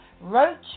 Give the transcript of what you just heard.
Roach